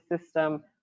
system